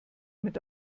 mit